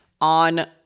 on